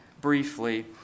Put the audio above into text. briefly